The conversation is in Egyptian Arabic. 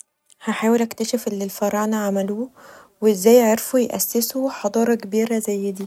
هحاول اكتشف اللي الفراعنه عملوه و ازاي عرفوا يأسسو حضاره كبيره زي دي.